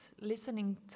listening